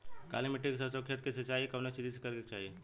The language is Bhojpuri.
काली मिट्टी के सरसों के खेत क सिंचाई कवने चीज़से करेके चाही?